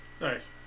nice